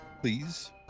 please